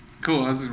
Cool